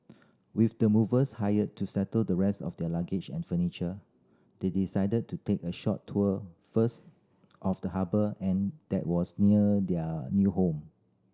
with the movers hired to settle the rest of their luggage and furniture they decided to take a short tour first of the harbour and that was near their new home